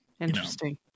Interesting